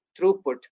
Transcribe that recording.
throughput